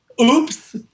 oops